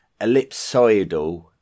ellipsoidal